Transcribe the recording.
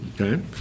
Okay